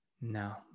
no